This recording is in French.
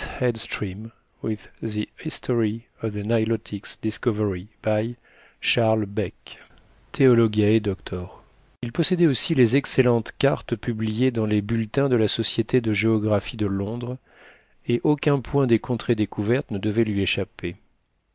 by charles beke th d il possédait aussi les excellentes cartes publiées dans les bulletins de la société de géographie de londres et aucun point des contrées découvertes ne devait lui échapper